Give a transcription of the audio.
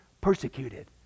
persecuted